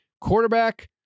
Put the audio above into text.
Quarterback